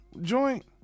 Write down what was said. joint